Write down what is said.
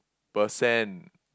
percent